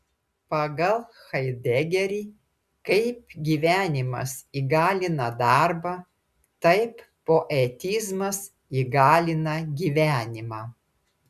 pagal haidegerį kaip gyvenimas įgalina darbą taip poetizmas įgalina gyvenimą